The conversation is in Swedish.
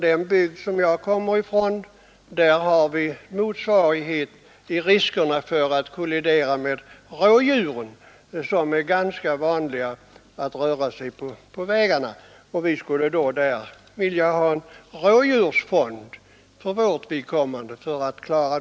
Den bygd jag kommer från visar upp motsvarande risker för kollision med rådjur. Dessa är där ganska vanliga på vägarna. Vi skulle kunna begära en rådjursfond.